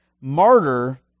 martyr